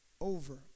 over